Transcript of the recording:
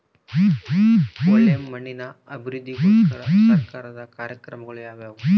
ಒಳ್ಳೆ ಮಣ್ಣಿನ ಅಭಿವೃದ್ಧಿಗೋಸ್ಕರ ಸರ್ಕಾರದ ಕಾರ್ಯಕ್ರಮಗಳು ಯಾವುವು?